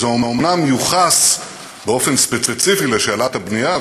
זה אומנם יוחס באופן ספציפי לשאלת הבנייה,